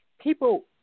people